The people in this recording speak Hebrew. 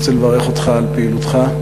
אני רוצה לברך אותך על פעילותך.